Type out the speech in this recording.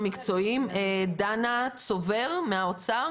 דנה צובר מהאוצר